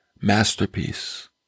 masterpiece